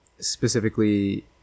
specifically